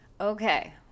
Okay